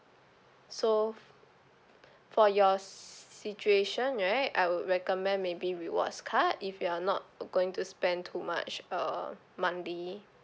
so for your s~ situation right I'll recommend maybe rewards card if you're not going to spend too much uh monthly